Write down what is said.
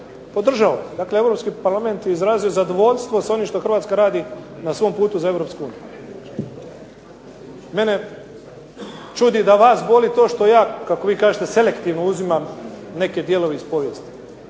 podržao. Dakle, Europski parlament je izrazio zadovoljstvo s onim što Hrvatska radi na svom putu za EU. Mene čudi da vas boli to što ja, kako vi kažete, selektivno uzimam neke dijelove iz povijesti.